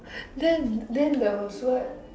then then there was what